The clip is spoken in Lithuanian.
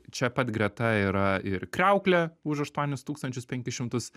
čia pat greta yra ir kriauklė už aštuonis tūkstančius penkis šimtus